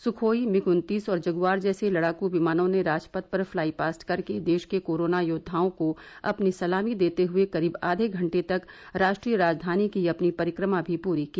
Sukhoi MiG उत्तीस और Jaguar जैसे लड़ाकू विमानों ने राजपथ पर फ्लाईपास्ट करके देश के कोरोना योद्वाओं को अपनी सलामी देते हुए करीब आधे घंटे तक राष्ट्रीय राजधानी की अपनी परिक्रमा भी प्री की